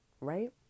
right